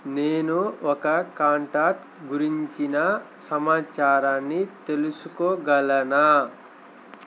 నేను ఒక కాంటాక్ట్ గురించిన సమాచారాన్ని తెలుసుకోగలనా